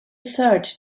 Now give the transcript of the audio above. third